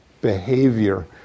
behavior